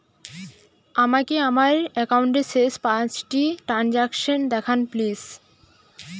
আমাকে আমার একাউন্টের শেষ পাঁচটি ট্রানজ্যাকসন দেখান প্লিজ